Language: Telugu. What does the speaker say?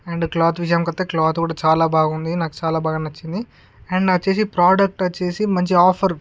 అండ్ క్లాత్ విషయానికి వత్తే క్లాత్ కూడా చాలా బాగుంది నాకు చాలా బాగా నచ్చింది అండ్ వచ్చేసి ప్రొడక్టు వచ్చేసి మంచి ఆఫరు